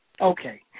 Okay